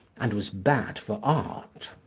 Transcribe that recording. and was bad for art.